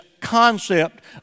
concept